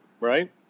right